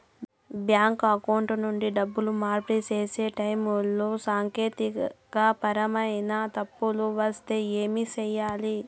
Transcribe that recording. bank account నుండి డబ్బులు మార్పిడి సేసే టైములో సాంకేతికపరమైన తప్పులు వస్తే ఏమి సేయాలి